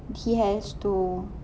he has to